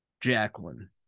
Jacqueline